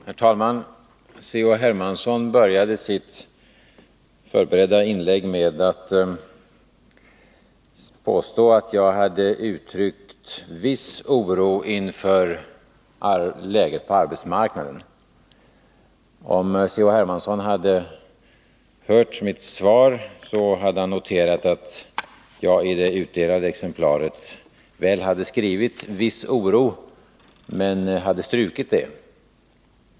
Herr talman! C.-H. Hermansson började sitt förberedda inlägg med att påstå att jag hade uttryckt ”viss oro” inför läget på arbetsmarknaden. Om C.-H. Hermansson hade lyssnat på mitt svar hade han noterat att det väl stod ”viss oro” i det utdelade svaret men att jag hade strukit ordet ”viss” vid min uppläsning av det.